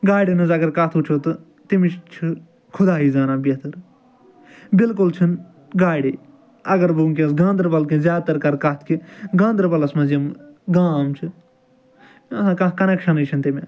گاڑیٚن ہنٛز اَگر کَتھ وُچھُو تہٕ تٔمِچ چھِ خُدایی زانان بہتر بلکل چھُنہٕ گاڑیٚے اَگر بہٕ وُنٛکٮ۪س گاندربَلکیٚن زیادٕ تَر کَرٕ کَتھ کہِ گاندربَلَس منٛز یِم گام چھِ مےٚ باسان کانٛہہ کۄنیٚکشَنٕے چھُنہٕ تِمَن